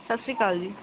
ਸਤਿ ਸ਼੍ਰੀ ਅਕਾਲ ਜੀ